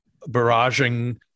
barraging